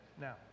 Now